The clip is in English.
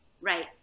Right